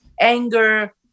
anger